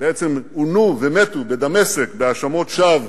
בעצם עונו ומתו בדמשק בהאשמות שווא